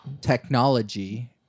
technology